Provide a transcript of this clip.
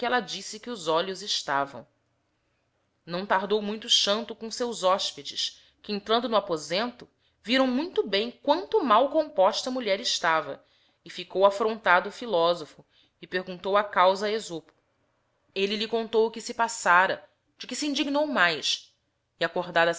ella disse que os olíios estavão não tardou muito xanto com seus hospedes que entrando no aposento virão muito bem quanto mal composta a mulher eava e íicou aiirontado o phiiosopiío j pciguulajido a causa a esopo vwv lhe onto i o que se passara de que se indignou mais e acordada